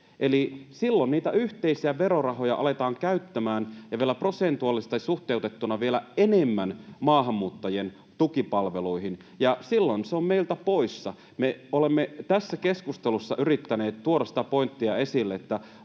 eli silloin niitä yhteisiä verorahoja aletaan käyttämään ja prosentuaalisesti suhteutettuna vielä enemmän maahanmuuttajien tukipalveluihin, ja silloin se on meiltä poissa. Me olemme tässä keskustelussa yrittäneet tuoda esille sitä pointtia, että